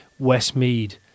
Westmead